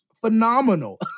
phenomenal